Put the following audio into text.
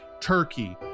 turkey